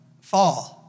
Fall